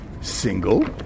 single